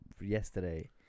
yesterday